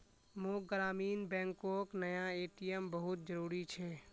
मोक ग्रामीण बैंकोक नया ए.टी.एम बहुत जरूरी छे